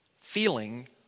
feeling